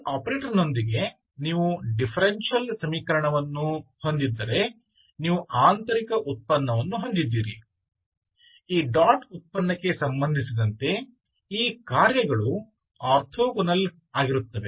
ಈ ಆಪರೇಟರ್ನೊಂದಿಗೆ ನೀವು ಡಿಫರೆನ್ಷಿಯಲ್ ಸಮೀಕರಣವನ್ನು ಹೊಂದಿದ್ದರೆ ನೀವು ಆಂತರಿಕ ಉತ್ಪನ್ನವನ್ನು ಹೊಂದಿದ್ದೀರಿ ಈ ಡಾಟ್ ಉತ್ಪನ್ನಕ್ಕೆ ಸಂಬಂಧಿಸಿದಂತೆ ಈ ಕಾರ್ಯಗಳು ಆರ್ಥೋಗೋನಲ್ ಆಗಿರುತ್ತವೆ